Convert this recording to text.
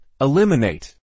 Eliminate